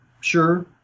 sure